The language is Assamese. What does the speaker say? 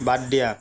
বাদ দিয়া